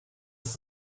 food